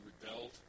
rebelled